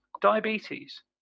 diabetes